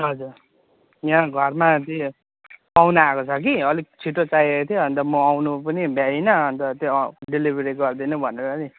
हजुर यहाँ घरमा त्यही पाहुना आएको छ कि अलिक छिटो चाहिएको थियो अन्त म आउनु पनि भ्याइनँ अन्त त्यो डेलिभरी गरिदिनु भनेर नि